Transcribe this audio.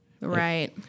Right